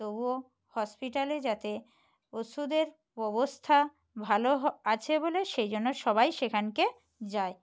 তবুও হসপিটালে যাতে ওষুধের ববস্থা ভালো হ আছে বলে সেই জন্য সবাই সেখানে যায়